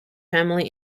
family